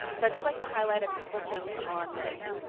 so i'd just like to highlight a couple things on this.